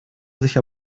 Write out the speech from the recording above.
sich